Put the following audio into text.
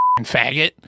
faggot